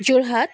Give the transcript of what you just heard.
Jorhat